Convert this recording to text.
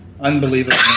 unbelievable